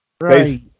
right